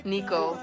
Nico